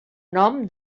nom